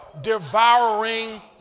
devouring